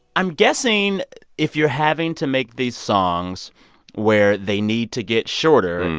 i'm guessing if you're having to make these songs where they need to get shorter,